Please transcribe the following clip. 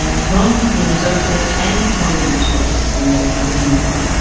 from the interpreters and from the judicial officers and the tribunal members.